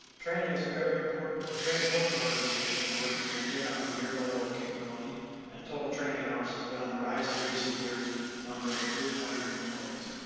training is a very important, it's very important to organization in order to maintain our premiere level of capability and total training hours has been on the rise in recent years due to the number of newly hired employees.